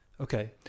okay